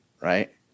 right